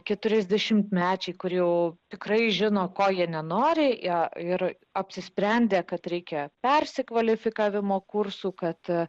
keturiasdešimtmečiai kurie jau tikrai žino ko jie nenoriai ją ir apsisprendė kad reikia persikvalifikavimo kursų kad